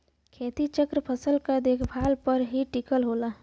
खेती चक्र फसल क देखभाल पर ही टिकल होला